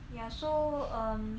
ya so um